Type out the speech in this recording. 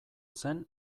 zen